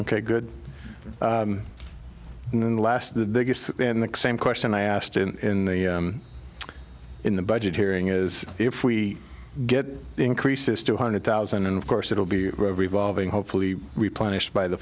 ok good in the last the biggest in that same question i asked in the in the budget hearing is if we get increases two hundred thousand and of course it will be a revolving hopefully replenished by the